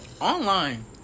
Online